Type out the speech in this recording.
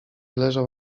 leżał